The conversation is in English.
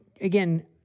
again